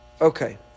Okay